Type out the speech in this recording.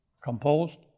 composed